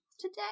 today